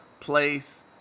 place